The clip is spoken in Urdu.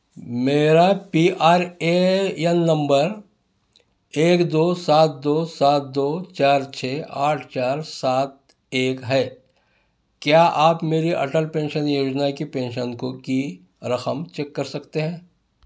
میرا پی آر اے ین نمبر ایک دو سات دو سات دو چار چھ آٹھ چار سات ایک ہے کیا آپ میری اٹل پینشن یوجنا کی پینشن کو کی رقم چیک کر سکتے ہیں؟